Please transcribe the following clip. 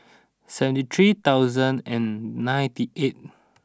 seventy three thousand and ninety eight